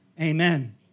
amen